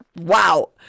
Wow